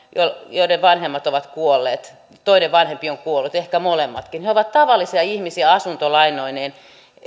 joiden vanhemmat ovat kuolleet toinen vanhempi on kuollut ehkä molemmatkin he ovat tavallisia ihmisiä asuntolainoineen